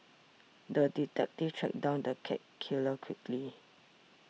the detective tracked down the cat killer quickly